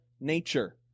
nature